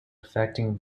affecting